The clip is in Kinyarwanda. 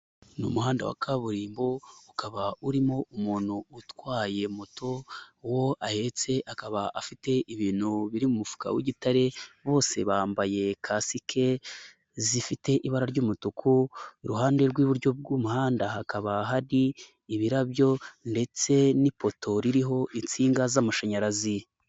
Ni umuhanda wa kaburimbo ukaba urimo umuntu utwaye moto wo ahetse akaba afite ibintu biri mu mufuka w'igitare, bose bambaye kasike zifite ibara ry'umutuku, iruhande rw'iburyo bw'umuhanda hakaba hari ibirabyo ndetse n'ipoto ririho insinga z'amashanyarazi.